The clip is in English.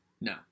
no